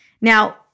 Now